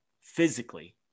physically